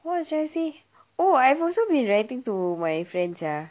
what was I trying to say oh I've also been writing to my friends ya